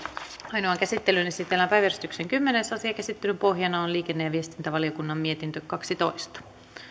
ainoaan käsittelyyn esitellään päiväjärjestyksen kymmenes asia käsittelyn pohjana on liikenne ja viestintävaliokunnan mietintö kaksitoista